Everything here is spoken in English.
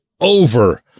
over